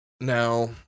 now